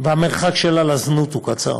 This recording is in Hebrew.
והמרחק שלה לזנות הוא קצר,